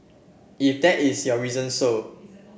if that is your reason so